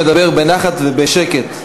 מדבר בנחת ובשקט.